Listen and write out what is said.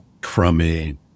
crummy